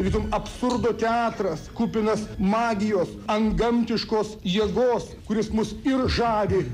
tarytum absurdo teatras kupinas magijos antgamtiškos jėgos kuris mus ir žavi